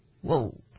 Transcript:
Whoa